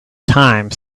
time